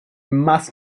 must